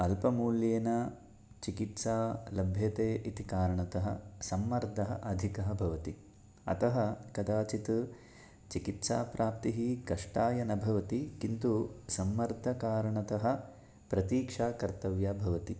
अल्पमूल्येन चिकित्सा लभ्यते इति कारणतः सम्मर्दः अधिकः भवति अतः कदाचित् चिकित्साप्राप्तिः कष्टाय न भवति किन्तु सम्मर्दकारणतः प्रतीक्षा कर्तव्या भवति